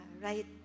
right